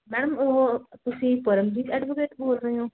madam ਉਹ ਤੁਸੀਂ Paramjit advocate ਬੋਲ ਰਹੇ ਹੋ